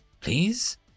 Please